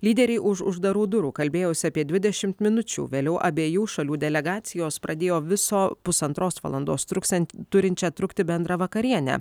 lyderiai už uždarų durų kalbėjosi apie dvidešimt minučių vėliau abiejų šalių delegacijos pradėjo viso pusantros valandos truksian turinčią trukti bendrą vakarienę